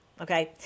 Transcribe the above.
Okay